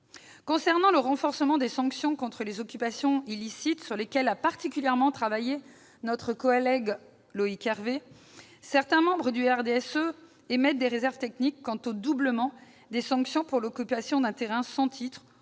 Concernant le renforcement des sanctions contre les occupations illicites, sujet sur lequel a particulièrement travaillé notre collègue Loïc Hervé, certains membres du groupe du RDSE émettent des réserves techniques quant au doublement des sanctions pour l'occupation d'un terrain sans titre